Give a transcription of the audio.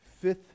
fifth